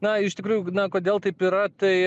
na iš tikrųjų na kodėl taip yra tai